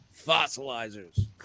Fossilizers